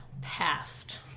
past